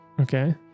okay